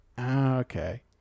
Okay